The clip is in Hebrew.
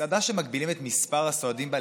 מסעדה שמגבילים את מספר הסועדים בה